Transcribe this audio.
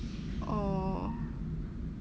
oh